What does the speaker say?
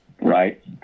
right